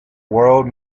world